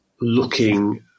looking